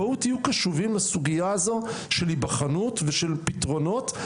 בואו תהיו קשובים לסוגיה הזאת של היבחנות ושל פתרונות.